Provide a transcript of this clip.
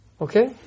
Okay